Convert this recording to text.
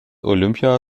olympia